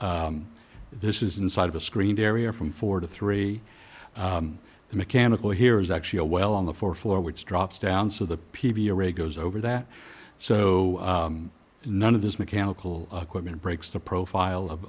this is inside of a screened area from four to three the mechanical here is actually a well on the fourth floor which drops down so the p v array goes over that so none of this mechanical equipment breaks the profile